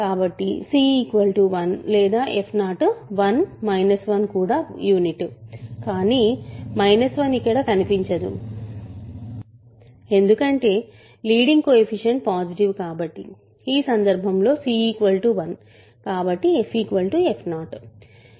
కాబట్టి c 1 లేదా f0 1 1 కూడా యూనిట్ కానీ 1 ఇక్కడ కనిపించదు ఎందుకంటే లీడింగ్ కోయెఫిషియంట్ పాసిటివ్ కాబట్టి ఈ సందర్భంలో c 1 కాబట్టి f f0